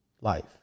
Life